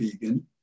vegan